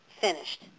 finished